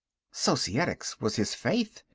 societics was his faith,